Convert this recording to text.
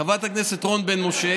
חברת הכנסת רון בן משה,